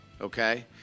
okay